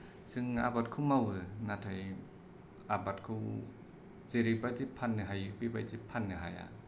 जों आबादखौ मावो नाथाय आबादखौ जेरैबायदि फाननो हायो बेबायदि फाननो हाया